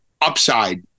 upside